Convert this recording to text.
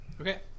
Okay